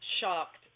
shocked